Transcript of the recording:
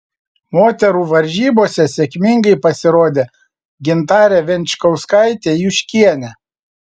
moterų varžybose sėkmingai pasirodė gintarė venčkauskaitė juškienė